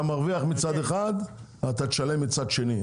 אתה מרוויח מצד אחד, אתה תשלם מצד שני.